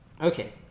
Okay